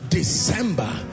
December